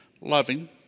loving